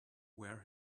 where